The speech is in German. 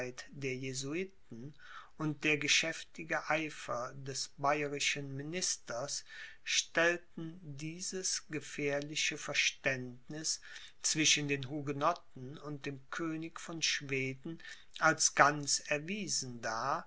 der jesuiten und der geschäftige eifer des bayerischen ministers stellten dieses gefährliche verständniß zwischen den hugenotten und dem könig von schweden als ganz erwiesen dar